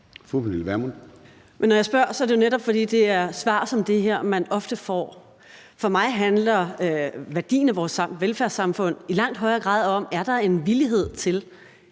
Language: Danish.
Vermund (NB): Men når jeg spørger, er det jo netop, fordi det er svar som det her, man ofte får. For mig handler værdien af vores velfærdssamfund i langt højere grad om, om der er en villighed til,